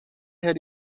had